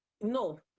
no